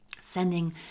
Sending